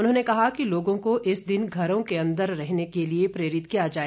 उन्होंने कहा कि लोगों को इस दिन घरों के अन्दर रहने के लिए प्रेरित किया जाए